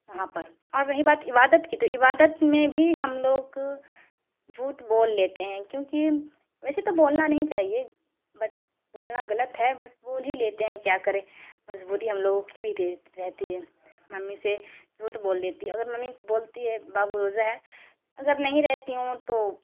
وہاں پر اور رہی بات عبادت کی تو عبادت میں بھی ہم لوگ جھوٹ بول لیتے ہیں کیوں کہ ویسے تو بولنا نہیں چاہیے بٹ بولنا غلط ہے بٹ بول ہی لیتے ہیں کیا کریں مجبوری ہم لوگوں کی بھی رہتی ہے ممی سے جھوٹ بول لیتی اگر ممی بولتی ہے بابو روزہ ہے اگر نہیں رہتی ہوں تو